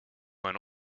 mijn